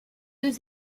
deux